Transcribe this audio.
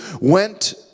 went